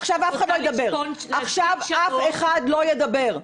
עכשיו אף אחד לא ידבר.